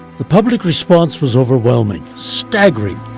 the public response was overwhelming, staggering!